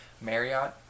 Marriott